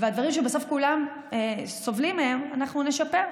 והדברים שכולם בסוף סובלים מהם, אנחנו נשפר.